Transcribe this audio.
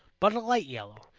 but a light yellow,